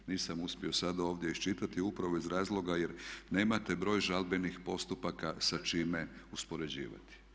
Nisam uspio sada ovdje iščitati upravo iz razloga jer nemate broj žalbenih postupaka sa čime uspoređivati.